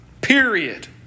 period